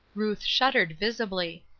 ruth shuddered visibly.